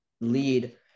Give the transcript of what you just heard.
lead